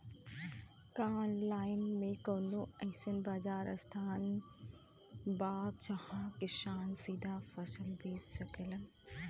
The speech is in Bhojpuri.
का आनलाइन मे कौनो अइसन बाजार स्थान बा जहाँ किसान सीधा फसल बेच सकेलन?